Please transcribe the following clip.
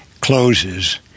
closes